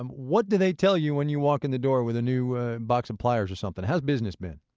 um what do they tell you when you walk in the door with a new box of pliers or something? how's business been?